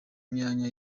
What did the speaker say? myanya